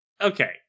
Okay